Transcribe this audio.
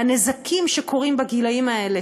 והנזקים שקורים בגילים האלה,